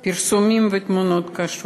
ותמונות קשות